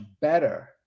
better